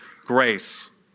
grace